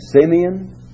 Simeon